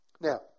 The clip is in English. Now